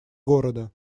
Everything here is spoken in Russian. города